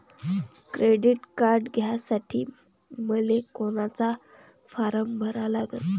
Credit card घ्यासाठी मले कोनचा फारम भरा लागन?